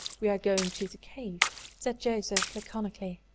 we are going to the cave, said joseph, laconically.